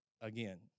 again